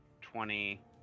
twenty